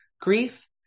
grief